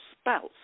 spouse